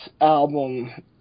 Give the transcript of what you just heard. album